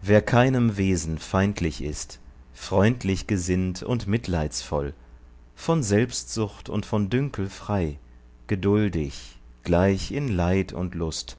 wer keinem wesen feindlich ist freundlich gesinnt und mitleidsvoll von selbstsucht und von dünkel frei geduldig gleich in leid und lust